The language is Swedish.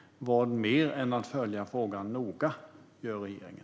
Vad mer än att följa frågan noga gör regeringen?